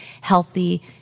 healthy